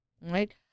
Right